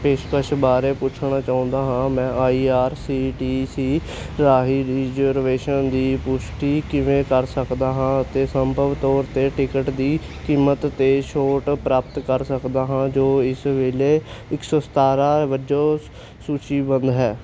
ਪੇਸ਼ਕਸ਼ਾਂ ਬਾਰੇ ਪੁੱਛਣਾ ਚਾਹੁੰਦਾ ਹਾਂ ਮੈਂ I R C T C ਰਾਹੀਂ ਰਿਜ਼ਰਵੇਸ਼ਨ ਦੀ ਪੁਸ਼ਟੀ ਕਿਵੇਂ ਕਰ ਸਕਦਾ ਹਾਂ ਅਤੇ ਸੰਭਵ ਤੌਰ ਤੇ ਟਿਕਟ ਦੀ ਕੀਮਤ ਤੇ ਛੋਟ ਪ੍ਰਾਪਤ ਕਰ ਸਕਦਾ ਹਾਂ ਜੋ ਇਸ ਵੇਲੇ ਇੱਕ ਸੌ ਸਤਾਰਾਂ ਵਜੋਂ ਸੂਚੀਬੱਧ ਹੈ